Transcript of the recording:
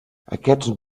aquests